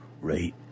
Right